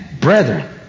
brethren